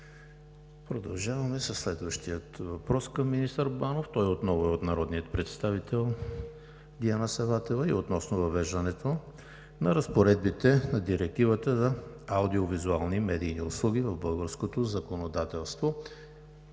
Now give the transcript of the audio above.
Продължаваме със следващия въпрос към министър Банов. Той отново е от народния представител Диана Саватева и е относно въвеждането на разпоредбите на Директивата за аудиовизуални медийни услуги в българското законодателство.